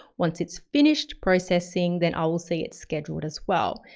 once it's finished processing then i will see it scheduled as well.